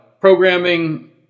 programming